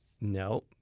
no